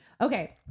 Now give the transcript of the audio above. okay